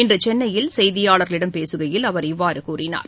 இன்று சென்னையில் செய்தியாளர்களிடம் பேசுகையில் அவர் இவ்வாறு கூறினார்